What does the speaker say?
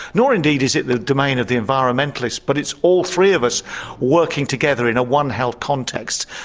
nor indeed is it the domain of the environmentalist but it's all three of us working together in a one health context.